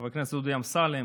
חבר הכנסת דודי אמסלם,